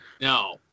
No